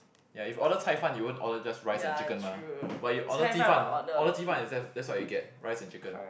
ya if you order cai fan you won't order just rice and chicken mah but you order 鸡饭 order 鸡饭 is that's that's what you get rice and chicken